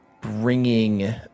bringing